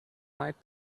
might